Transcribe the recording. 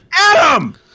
Adam